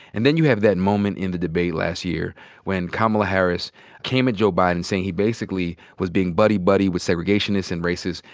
and then you have that moment in the debate last year when kamala harris came at joe biden saying he basically was being buddy-buddy with segregationists and racists,